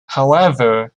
however